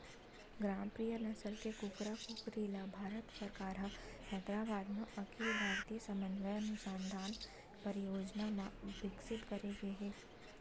ग्रामप्रिया नसल के कुकरा कुकरी ल भारत सरकार ह हैदराबाद म अखिल भारतीय समन्वय अनुसंधान परियोजना म बिकसित करे गे हे